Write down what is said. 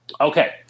Okay